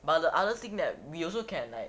but the other thing that we also can like